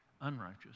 unrighteous